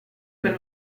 quel